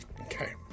okay